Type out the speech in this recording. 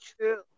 true